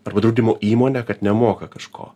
arba draudimo įmonę kad nemoka kažko